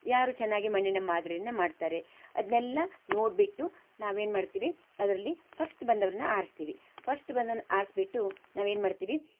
ಯಾರು ಚೆನ್ನಾಗಿ ಮಣ್ಣಿನ ಮಾದರಿಯನ್ನ ಮಾಡ್ತಾರೆ ಅದನ್ನೆಲ್ಲ ನೋಡಿಬಿಟ್ಟು ನಾವು ಏನು ಮಾಡ್ತೀವಿ ಅದರಲ್ಲಿ ಫಸ್ಟ್ ಬಂದವ್ರನ್ನ ಆರಿಸ್ತೀವಿ ಫಸ್ಟ್ ಬಂದವ್ನ ಆರಿಸ್ಬಿಟ್ಟು ನಾವು ಏನು ಮಾಡ್ತೀವಿ